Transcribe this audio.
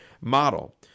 model